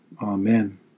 Amen